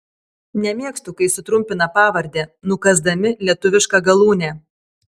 nemėgstu kai sutrumpina pavardę nukąsdami lietuvišką galūnę